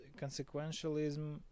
consequentialism